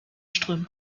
strömt